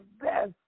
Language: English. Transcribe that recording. best